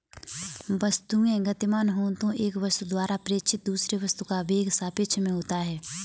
वस्तुएं गतिमान हो तो एक वस्तु द्वारा प्रेक्षित दूसरे वस्तु का वेग सापेक्ष में होता है